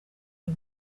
uyu